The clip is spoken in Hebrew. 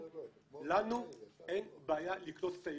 לנו אין בעיה לקלוט את האיגודים.